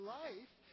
life